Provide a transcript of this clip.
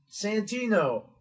Santino